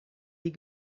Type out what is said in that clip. die